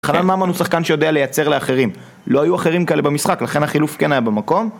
חנן ממן הוא שחקן שיודע לייצר לאחרים. לא היו אחרים כאלה במשחק לכן החילוף כן היה במקום